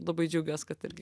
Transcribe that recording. labai džiaugiuosi kad irgi